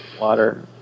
water